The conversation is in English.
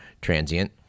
transient